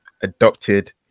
adopted